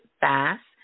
fast